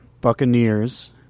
Buccaneers